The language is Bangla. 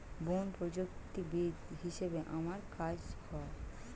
বন প্রযুক্তিবিদ হিসাবে আমার কাজ হ